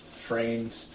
trained